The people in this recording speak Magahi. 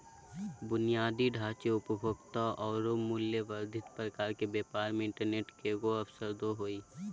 बुनियादी ढांचे, उपभोक्ता औरो मूल्य वर्धित प्रकार के व्यापार मे इंटरनेट केगों अवसरदो हइ